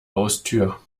haustür